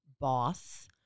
boss